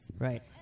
Right